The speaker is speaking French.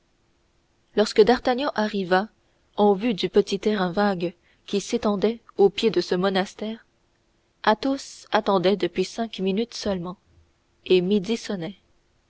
lorsque d'artagnan arriva en vue du petit terrain vague qui s'étendait au pied de ce monastère athos attendait depuis cinq minutes seulement et midi sonnait